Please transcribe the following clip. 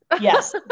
Yes